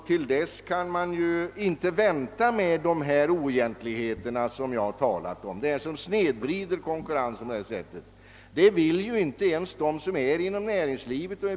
Till dess kan vi inte vänta med att göra någonting åt de oegentligheter som jag här talat om och som snedvrider konkurrensen. Det vill inte ens de som är verksamma inom näringslivet.